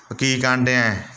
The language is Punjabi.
ਓ ਕੀ ਕਨ ਡਿਆ